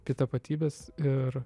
apie tapatybes ir